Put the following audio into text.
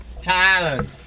Thailand